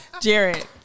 Jared